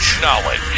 Knowledge